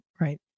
right